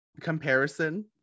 comparison